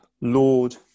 Lord